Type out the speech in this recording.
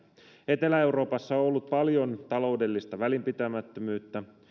etelä euroopassa on ollut paljon taloudellista välinpitämättömyyttä